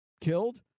killed